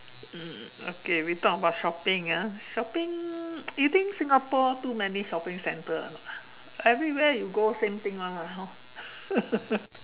mm okay we talk about shopping ah shopping you think Singapore too many shopping centre ah everywhere you go same thing [one] lah hor